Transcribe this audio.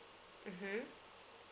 mmhmm